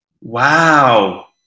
Wow